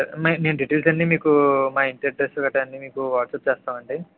సరే మై మేము డిటైల్స్ అన్నీ మీకు మా ఇంటి అడ్రస్సు గట్టా మీకు వాట్సప్ చేస్తామండి